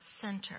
center